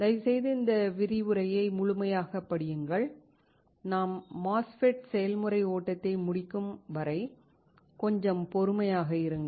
தயவுசெய்து இந்த விரிவுரையை முழுமையாகப் படியுங்கள் நாம் MOSFET செயல்முறை ஓட்டத்தை முடிக்கும் வரை கொஞ்சம் பொறுமையாக இருங்கள்